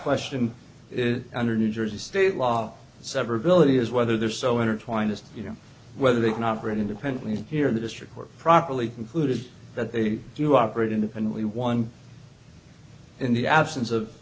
question is under new jersey state law severability is whether there are so intertwined as you know whether they can operate independently here in the district or properly concluded that they do operate independently one in the absence of